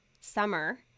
summer